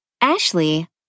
Ashley